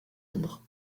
nombre